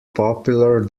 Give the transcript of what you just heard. popular